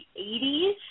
80s